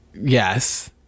yes